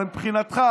אבל מבחינתך